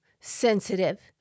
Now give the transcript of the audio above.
sensitive